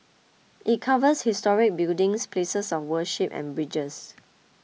it covers historic buildings places of worship and bridges